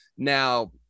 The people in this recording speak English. now